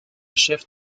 chef